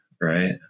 Right